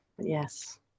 Yes